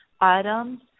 items